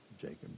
Jacob